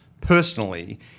personally